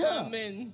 amen